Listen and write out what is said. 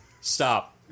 Stop